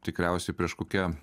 tikriausiai prieš kokie